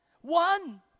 One